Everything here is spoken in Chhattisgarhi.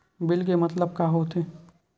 बिल के मतलब का होथे?